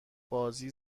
بازی